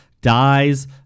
dies